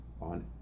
on